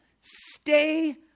stay